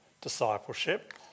discipleship